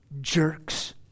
jerks